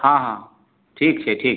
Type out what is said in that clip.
हँ हँ ठीक छै ठीक